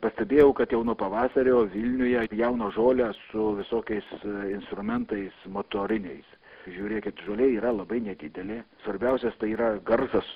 pastebėjau kad jau nuo pavasario vilniuje pjauna žolę su visokiais instrumentais motoriniais žiūrėkit žolė yra labai nedidelė svarbiausias tai yra garsas